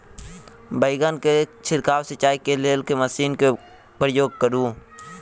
बैंगन केँ छिड़काव सिचाई केँ लेल केँ मशीन केँ प्रयोग करू?